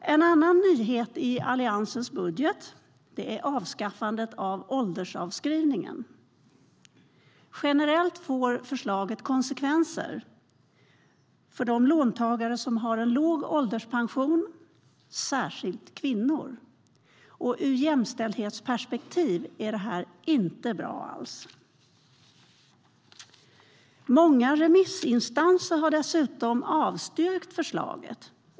En annan nyhet i Alliansens budget är avskaffandet av åldersavskrivningen. Generellt får förslaget konsekvenser för de låntagare som har låg ålderspension, särskilt kvinnor. Ur jämställdhetsperspektiv är det inte bra alls. Många remissinstanser har avstyrkt förslaget.